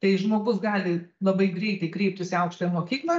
tai žmogus gali labai greitai kreiptis į aukštąją mokyklą